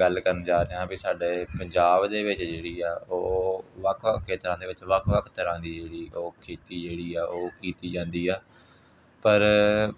ਗੱਲ ਕਰਨ ਜਾ ਰਿਹਾ ਹਾਂ ਵੀ ਸਾਡੇ ਪੰਜਾਬ ਦੇ ਵਿੱਚ ਜਿਹੜੀ ਆ ਉਹ ਵੱਖ ਵੱਖ ਖੇਤਰਾਂ ਦੇ ਵਿੱਚ ਵੱਖ ਵੱਖ ਤਰ੍ਹਾਂ ਦੀ ਜਿਹੜੀ ਉਹ ਖੇਤੀ ਜਿਹੜੀ ਆ ਉਹ ਕੀਤੀ ਜਾਂਦੀ ਆ ਪਰ